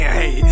Hey